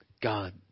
God